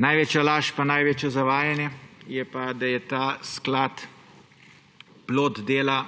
Največja laž pa največje zavajanje je pa, da je ta sklad plod dela